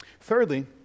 Thirdly